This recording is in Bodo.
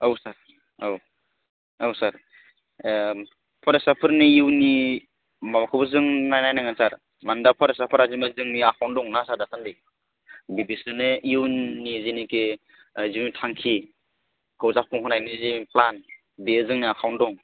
औ सार औ औ सार फरायसाफोरनि इयुननि माबाखौबो जों नायनांगोन सार मानो होमब्ला फरायसाफोरा जोंनि आखाइआवनो दंना सार दासान्दि बिसोरनो इयुननि जिनिखि जिउ थांखिखौ जाफुंहोनायनि जि प्लान बे जोंनि आखाइआवनो दं